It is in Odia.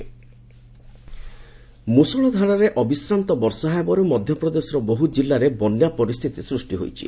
ଏମ୍ପି ଫ୍ଲୁଡ ମୃଷଳଧାରାରେ ଅବିଶ୍ରାନ୍ତ ବର୍ଷା ହେବାରୁ ମଧ୍ୟପ୍ରଦେଶର ବହୁ ଜିଲ୍ଲାରେ ବନ୍ୟା ପରିସ୍ଥିତି ସୃଷ୍ଟି ହୋଇଛି